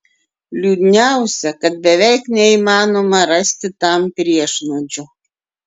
liūdniausia kad beveik neįmanoma rasti tam priešnuodžio